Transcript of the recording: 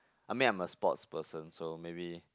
I mean I'm a sports person so maybe